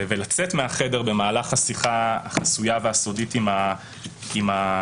ולצאת מהחדר במהלך השיחה החסויה והסודית עם הסנגור.